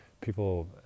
people